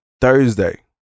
Thursday